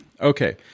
Okay